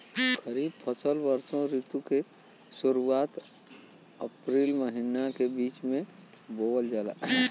खरीफ फसल वषोॅ ऋतु के शुरुआत, अपृल मई के बीच में बोवल जाला